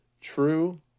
true